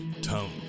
Tone